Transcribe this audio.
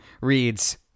reads